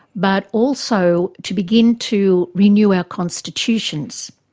but also, to begin to renew our constitutions.